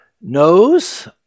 knows